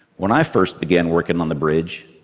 when i first began working on the bridge,